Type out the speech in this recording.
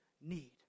need